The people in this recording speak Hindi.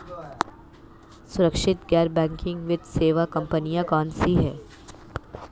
सुरक्षित गैर बैंकिंग वित्त सेवा कंपनियां कौनसी हैं?